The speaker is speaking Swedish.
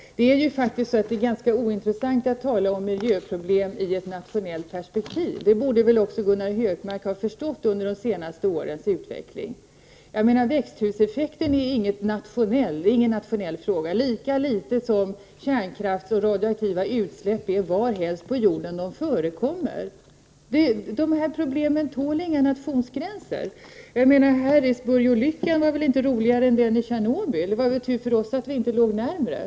Herr talman! Jag måste säga att det blir värre och värre. Det är faktiskt ganska ointressant att tala om miljöproblem i ett nationellt perspektiv. Det borde väl Gunnar Hökmark ha förstått efter de senaste årens utveckling. Växthuseffekten är ingen nationell fråga, lika litet som kärnkraft och radioaktiva utsläpp varhelst på jorden som de förekommer. De här problemen tål inga nationsgränser. Harrisburg-olyckan var ju inte roligare än Tjernobyl-olyckan. Det var tur för oss att vi inte befann oss närmare.